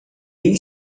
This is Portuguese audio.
bem